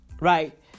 right